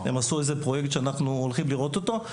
הם עשו איזה פרויקט שאנחנו הולכים לראות אותו.